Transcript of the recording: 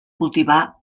cultivar